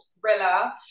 thriller